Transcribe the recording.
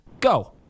go